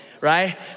right